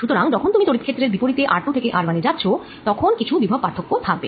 সুতরাং যখন তুমি তড়িৎ ক্ষেত্রের বিপরীতে r2 থেকে r1 এ যাচ্ছ তখন কিছু বিভব পার্থক্য থাকবে